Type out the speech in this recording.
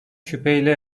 şüpheyle